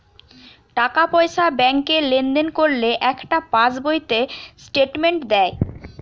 টাকা পয়সা ব্যাংকে লেনদেন করলে একটা পাশ বইতে স্টেটমেন্ট দেয়